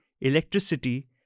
electricity